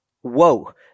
whoa